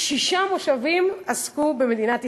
שישה מושבים עסקו במדינת ישראל.